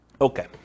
Okay